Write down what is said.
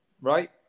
right